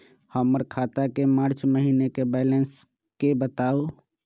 हमर खाता के मार्च महीने के बैलेंस के बताऊ?